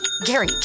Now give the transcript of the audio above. Gary